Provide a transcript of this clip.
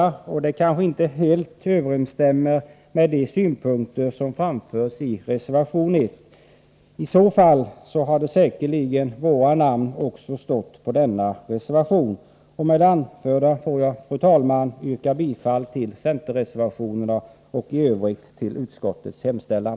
Vår uppfattning kanske inte helt stämmer med de synpunkter som framförs i reservation 1. Om så varit fallet hade säkerligen också våra namn stått på denna reservation. Med det anförda får jag, fru talman, yrka bifall till centerreservationerna och i övrigt till utskottets hemställan.